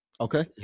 Okay